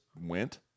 went